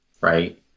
right